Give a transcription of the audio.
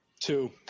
Two